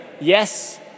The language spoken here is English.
yes